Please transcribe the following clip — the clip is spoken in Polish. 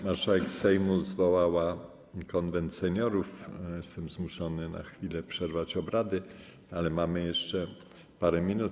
Marszałek Sejmu zwołała Konwent Seniorów i jestem zmuszony na chwilę przerwać obrady, ale mamy jeszcze parę minut.